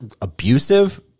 abusive